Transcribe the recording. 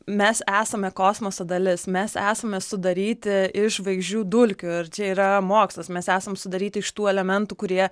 mes esame kosmoso dalis mes esame sudaryti iš žvaigždžių dulkių ir čia yra mokslas mes esam sudaryti iš tų elementų kurie